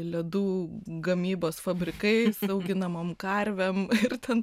ledų gamybos fabrikai auginamom karvėm ir ten